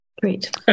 Great